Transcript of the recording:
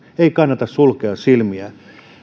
ei kannata sulkea silmiä